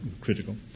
critical